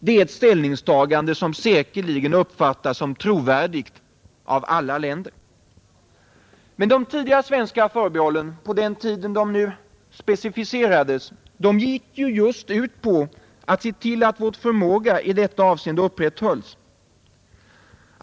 Det är ett ställningstagande som säkerligen uppfattas som trovärdigt av alla länder. Men de tidigare svenska förbehållen, på den tiden de specificerades, gick just ut på att se till att vår förmåga i detta avseende upprätthölls.